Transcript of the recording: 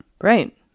Right